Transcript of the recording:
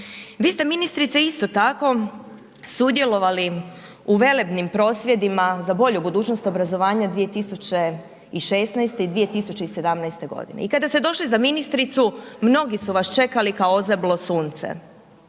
Vi ste ministrice isto tako sudjelovali u velebnim prosvjedima za bolju budućnost obrazovanja 2016. i 2017. g. i kada ste došli za ministricu, mnogi su vas čekali kao ozeblo sunce,